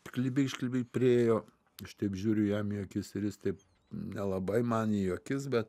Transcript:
klibyš klibi priėjo aš taip žiūriu jam į akis ir jis taip nelabai man į akis bet